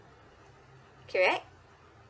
correct